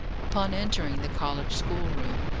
upon entering the college schoolroom,